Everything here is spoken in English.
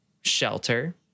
shelter